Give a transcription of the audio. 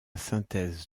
synthèse